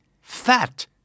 Fat